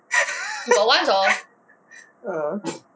uh